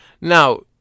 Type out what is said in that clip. Now